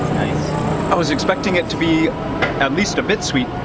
was expecting it to be at least a bit sweet.